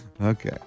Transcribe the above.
Okay